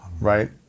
right